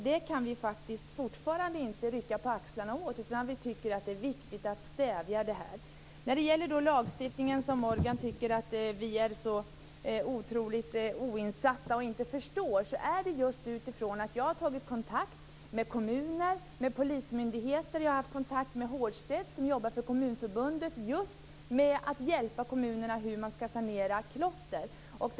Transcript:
Vi kan fortfarande inte rycka på axlarna åt detta, utan vi tycker att det är viktigt att klottret stävjas. När det gäller lagstiftningen, som Morgan tycker att vi är så oerhört oinsatta i, vill jag peka på att jag har tagit kontakt med kommuner och med polismyndigheter liksom med Björn Hårdstedt på Kommunförbundet, som hjälper kommunerna med klottersanering.